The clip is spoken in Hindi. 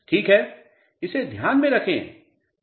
ठीक है इसे ध्यान में रखें